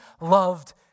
loved